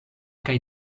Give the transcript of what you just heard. kaj